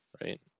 right